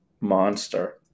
monster